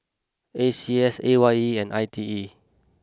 A C S A Y E and I T E